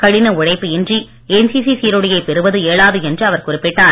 கடின உழைப்பு இன்றி என்சிசி சீருடையை பெறுவது இயலாது என்று அவர் குறிப்பிட்டார்